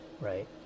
right